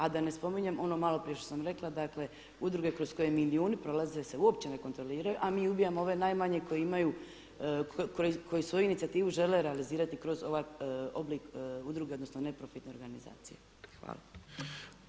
A da ne spominjem ono maloprije što sam rekla, dakle udruge kroz koje milijuni prolaze se uopće ne kontroliraju a mi ubijamo ove najmanje koje imaju, koje svoju inicijativu žele realizirati kroz ovaj oblik udruge, odnosno neprofitne organizacije.